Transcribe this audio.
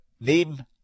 name